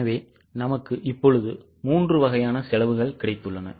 எனவே நமக்கு இப்பொழுது மூன்று வகையான செலவுகள் கிடைத்துள்ளன